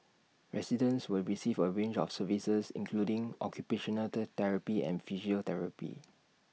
residents will receive A range of services including occupational the therapy and physiotherapy